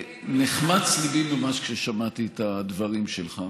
נחמץ ליבי ממש כששמעתי את הדברים שלך,